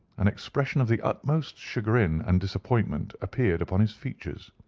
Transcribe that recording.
an expression of the utmost chagrin and disappointment appeared upon his features.